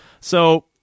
So-